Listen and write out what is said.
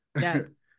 Yes